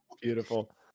beautiful